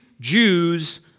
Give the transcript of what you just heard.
Jews